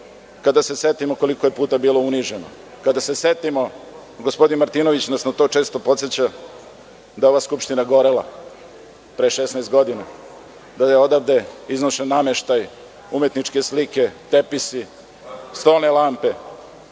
kada se setimo koliko je puta bilo uniženo, kada se setimo, gospodin Martinović nas često na to podseća da je ova Skupština gorela pre 16 godina, da je odavde iznošen nameštaj, umetničke slike, tepisi, stone lampe,